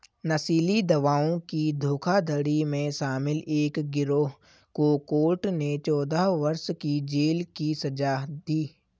नशीली दवाओं की धोखाधड़ी में शामिल एक गिरोह को कोर्ट ने चौदह वर्ष की जेल की सज़ा दी